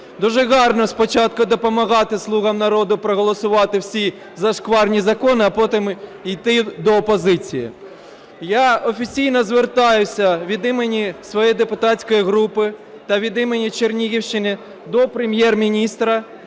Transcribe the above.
Дуже гарно спочатку допомагати "Слугам народу" проголосувати всі зашкварні закони, а потім йти до опозиції. Я офіційно звертаюся від імені своєї депутатської групи та від імені Чернігівщини до Прем'єр-міністра,